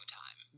time